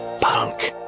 punk